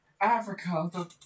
Africa